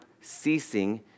ceasing